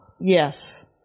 Yes